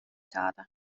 saada